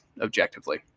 objectively